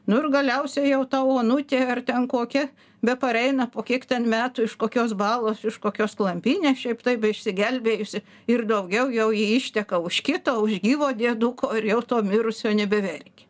nu ir galiausiai jau ta onutė ar ten kokia be pareina po kiek ten metų iš kokios balos iš kokios klampynės šiaip taip išsigelbėjusi ir daugiau jau ji išteka už kito už gyvo dėduko ir jau to mirusio nebeverkia